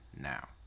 now